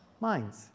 minds